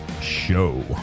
show